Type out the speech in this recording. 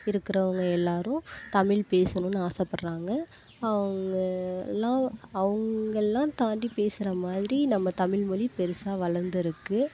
இருக்கிறவங்க எல்லாரும் தமிழ் பேசணும்னு ஆசைப்படுறாங்க அவங்கெல்லாம் அவங்கெல்லாம் தாண்டி பேசுகிறமாரி நம்ம தமிழ் மொழி பெருசாக வளர்ந்துருக்கு